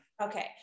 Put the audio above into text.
Okay